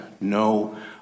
no